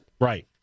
Right